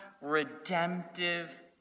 redemptive